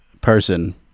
person